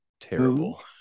terrible